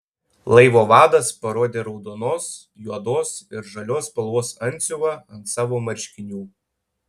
laivo vadas parodė raudonos juodos ir žalios spalvos antsiuvą ant savo marškinių